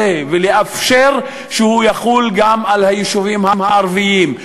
ולאפשר שהוא יחול גם על היישובים הערביים,